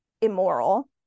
immoral